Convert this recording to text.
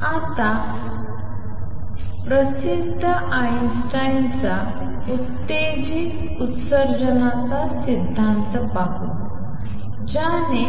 आणि आता प्रसिद्ध आइन्स्टाईनचा उत्तेजित उत्सर्जनाचा सिद्धांत पाहू ज्याने